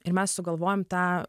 ir mes sugalvojom tą